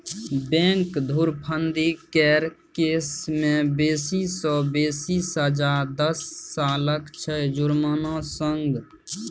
bank धुरफंदी केर case मे बेसी सँ बेसी सजा दस सालक छै जुर्माना संग